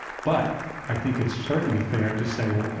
but i think it's certainly fair to say, well, ah